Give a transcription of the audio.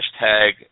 hashtag